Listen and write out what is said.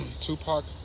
Tupac